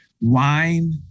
Wine